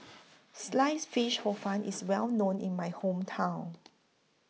Sliced Fish Hor Fun IS Well known in My Hometown